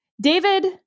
David